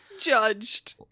Judged